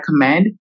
recommend